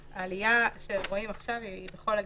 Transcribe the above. העלייה בתחלואה שרואים עכשיו היא בכל הגילאים.